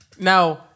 Now